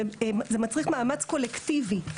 זה מצריך מאמץ קולקטיבי,